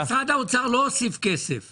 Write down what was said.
כלומר משרד האוצר לא הוסיף כסף.